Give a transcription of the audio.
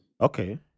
Okay